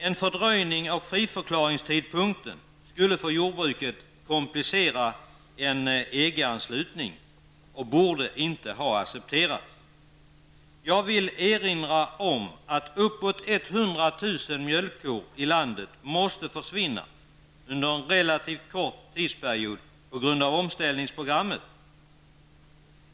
En fördröjning av friförklaringstidpunkten skulle för jordbruket komplicera en EG-anslutning och borde inte ha accepterats. Jag vill erinra om att uppåt 100 000 mjölkkor i landet på grund av omställningsprogrammet måste försvinna under en relativt kort tidsperiod.